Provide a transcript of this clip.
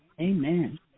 Amen